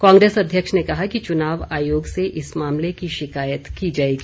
कांग्रेस अध्यक्ष ने कहा कि चुनाव आयोग से इस मामले की शिकायत की जाएगी